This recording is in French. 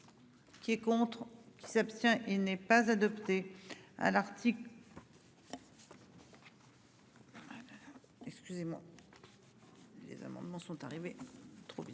Qui est contre qui s'abstient. Il n'est pas adopté à l'article. Excusez-moi. Les amendements sont arrivés trop vite